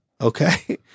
okay